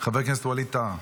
חבר הכנסת ווליד טאהא.